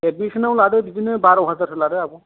एदमिसनाव लादों बिदिनो बार' हाजार सो लादों आब'